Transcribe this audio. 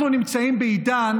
אנחנו נמצאים בעידן